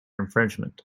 infringement